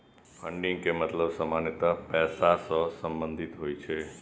funding के मतलब सामान्यतः पैसा सं संबंधित होइ छै